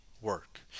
work